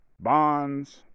bonds